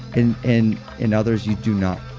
and in in others you do not.